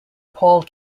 paul